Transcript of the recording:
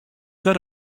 got